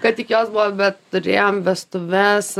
kad tik jos buvo bet turėjom vestuves